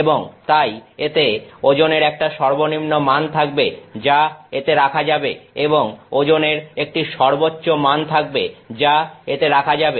এবং তাই এতে ওজনের একটা সর্বনিম্ন মান থাকবে যা এতে রাখা যাবে এবং ওজনের একটি সর্বোচ্চ মান থাকবে যা এতে রাখা যাবে